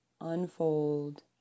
unfold